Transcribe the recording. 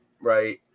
right